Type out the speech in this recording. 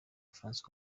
francois